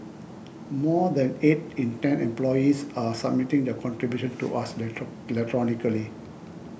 more than eight in ten employers are submitting their contributions to us electronically